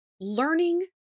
learning